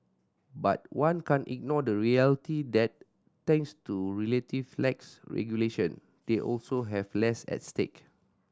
but one can't ignore the reality that thanks to relative lax regulation they also have less at stake